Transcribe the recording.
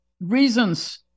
reasons